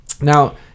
Now